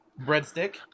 Breadstick